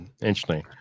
interesting